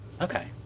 Okay